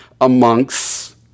amongst